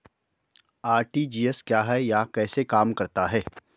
RTGS क्या है यह कैसे काम करता है?